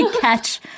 catch